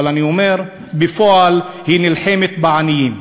אבל אני אומר, בפועל היא נלחמת בעניים.